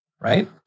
Right